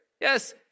Yes